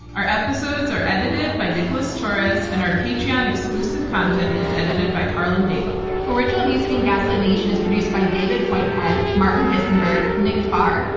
our episodes are edited by nicholas torres, and our patreon exclusive content is edited by karlyn daigle. original music in gaslit nation is produced by david whitehead, martin disenburg, nick farr,